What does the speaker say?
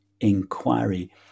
inquiry